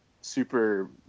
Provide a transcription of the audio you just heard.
super